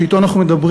שאתו אנחנו מדברים.